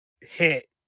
hit